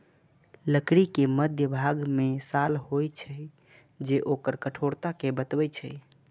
लकड़ी के मध्यभाग मे साल होइ छै, जे ओकर कठोरता कें बतबै छै